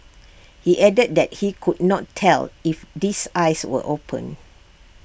he added that he could not tell if this eyes were open